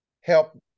help